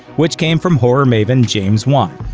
which came from horror maven james wan.